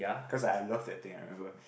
cause I I love that thing ah I remember